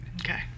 Okay